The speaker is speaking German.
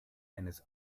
eines